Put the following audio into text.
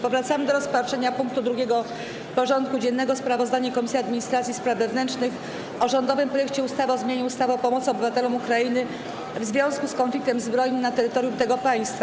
Powracamy do rozpatrzenia punktu 2. porządku dziennego: Sprawozdanie Komisji Administracji i Spraw Wewnętrznych o rządowym projekcie ustawy o zmianie ustawy o pomocy obywatelom Ukrainy w związku z konfliktem zbrojnym na terytorium tego państwa.